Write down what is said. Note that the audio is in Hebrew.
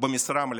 במשרה מלאה.